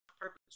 purpose